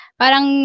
parang